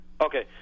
Okay